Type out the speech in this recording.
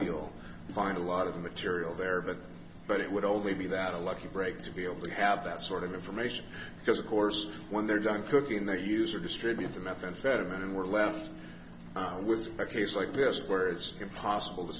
he'll find a lot of material there but but it would only be that a lucky break to be able to have that sort of information because of course when they're done cooking they use are distributed methamphetamine and we're left with a case like this where it's impossible to